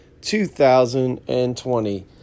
2020